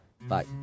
Bye